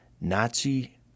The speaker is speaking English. Nazi